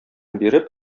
биреп